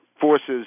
forces